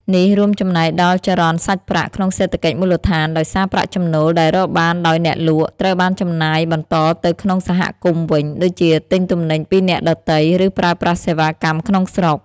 នេះរួមចំណែកដល់ចរន្តសាច់ប្រាក់ក្នុងសេដ្ឋកិច្ចមូលដ្ឋាន ដោយសារប្រាក់ចំណូលដែលរកបានដោយអ្នកលក់ ត្រូវបានចំណាយបន្តនៅក្នុងសហគមន៍វិញ ដូចជាទិញទំនិញពីអ្នកដទៃ ឬប្រើប្រាស់សេវាកម្មក្នុងស្រុក។